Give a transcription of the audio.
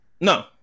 No